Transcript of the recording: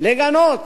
לגנות